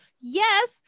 Yes